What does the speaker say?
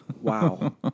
wow